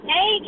Hey